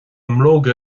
mbróga